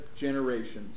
generations